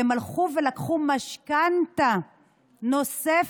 הם הלכו ולקחו משכנתה נוספת